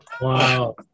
wow